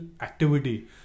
activity